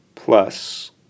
plus